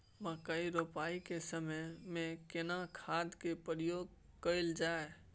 मकई रोपाई के समय में केना खाद के प्रयोग कैल जाय?